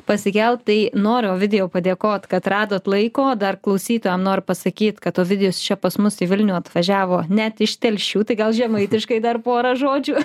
pasikelt tai noriu ovidijau padėkot kad radot laiko dar klausytojam noriu pasakyt kad ovidijus čia pas mus į vilnių atvažiavo net iš telšių tai gal žemaitiškai dar porą žodžių